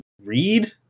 read